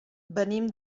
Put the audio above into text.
venim